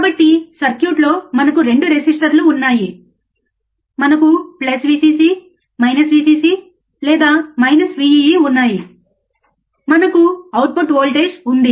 కాబట్టి సర్క్యూట్లో మనకు రెండు రెసిస్టర్లు ఉన్నాయి మనకు V cc V cc లేదా V ee ఉన్నాయి మనకు అవుట్పుట్ వోల్టేజ్ ఉంది